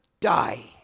die